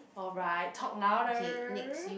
alright talk louder